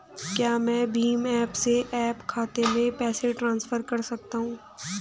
क्या मैं भीम ऐप से बैंक खाते में पैसे ट्रांसफर कर सकता हूँ?